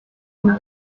una